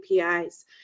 APIs